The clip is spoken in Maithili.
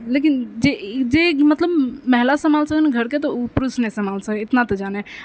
लेकिन ई जे जे मतलब महिला सम्हाल सकै है ने घरके तऽ ओ पुरुष नहि सम्हाल सकै है इतना तऽ जाने है